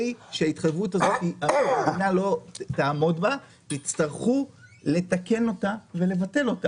שבהתחייבות הזאת המדינה לא תעמוד תצטרכו לתקן אותה ולבטל אותה.